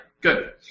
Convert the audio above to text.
good